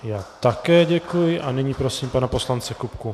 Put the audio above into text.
Já také děkuji a nyní prosím pana poslance Kupku.